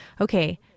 Okay